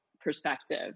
perspective